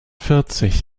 vierzig